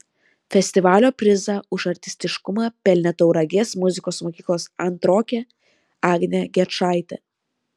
festivalio prizą už artistiškumą pelnė tauragės muzikos mokyklos antrokė agnė gečaitė